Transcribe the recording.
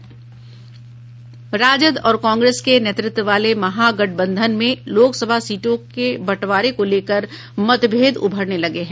राजद और कांग्रेस के नेतृत्व वाले महागठबंधन में लोकसभा सीटों के बंटवारे को लेकर मतभेद उभरने लगे हैं